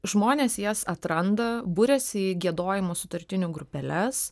žmonės jas atranda buriasi į giedojimo sutartinių grupeles